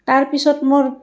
তাৰপিছত মোৰ